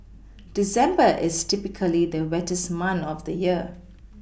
December is typically the wettest month of the year